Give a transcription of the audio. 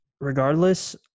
regardless